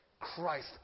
Christ